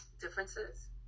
differences